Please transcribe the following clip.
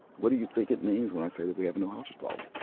what do you think it means when i say that we have no-hostage policy?